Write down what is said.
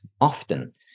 often